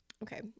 Okay